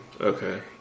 Okay